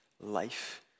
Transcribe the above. life